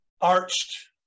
arched